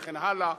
וכן הלאה.